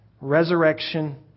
resurrection